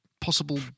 possible